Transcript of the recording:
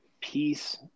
peace